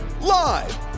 Live